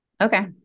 Okay